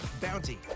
Bounty